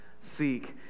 seek